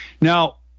now